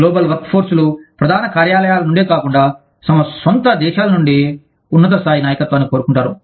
global వర్క్ఫోర్స్లు ప్రధాన కార్యాలయాల నుండే కాకుండా తమ సొంత దేశాల నుండే ఉన్నత స్థాయి నాయకత్వాన్ని కోరుకుంటారు